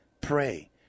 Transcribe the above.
pray